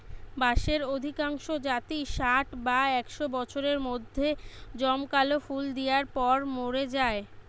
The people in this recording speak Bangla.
বাঁশের অধিকাংশ জাতই ষাট বা একশ বছরের মধ্যে জমকালো ফুল দিয়ার পর মোরে যায়